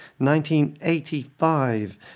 1985